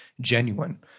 genuine